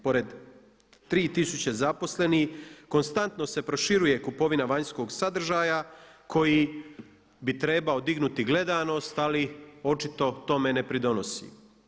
Pored tri tisuće zaposlenih konstantno se proširuje kupovina vanjskog sadržaja koji bi trebao dignuti gledanost, ali očito tome ne pridonosi.